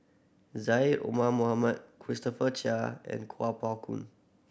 Syed Omar Mohamed Christopher Chia and Kuo Pao Kun